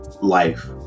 life